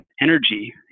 energy